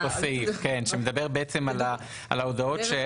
היא מדברת על ההודעות.